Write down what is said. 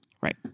Right